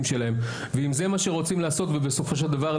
שלהם ואם זה מה שרוצים לעשות ובסופו של דבר,